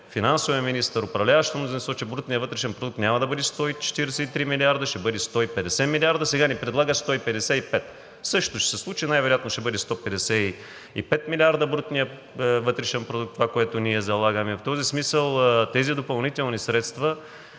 финансовия министър, управляващото мнозинство, че брутният вътрешен продукт няма да бъде 143 милиарда, ще бъде 150 милиарда – сега ни предлага 155. Същото ще се случи – най-вероятно ще бъде 155 милиарда брутният вътрешен продукт, това, което ние залагаме. В този смисъл тези допълнителни средства